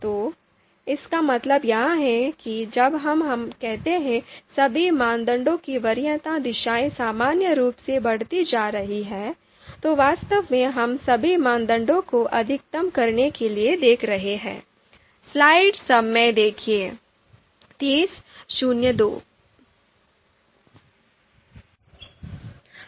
तो इसका मतलब यह है कि जब हम कहते हैं कि सभी मानदंडों की वरीयता दिशाएं सामान्य रूप से बढ़ती जा रही हैं तो वास्तव में हम सभी मानदंडों को अधिकतम करने के लिए देख रहे हैं